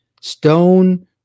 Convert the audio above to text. Stone